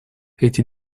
эти